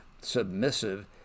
submissive